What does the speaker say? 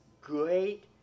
great